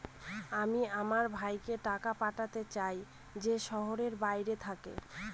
আমি আমার ভাইকে টাকা পাঠাতে চাই যে শহরের বাইরে থাকে